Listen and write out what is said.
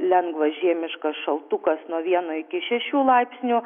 lengvas žiemiškas šaltukas nuo vieno iki šešių laipsnių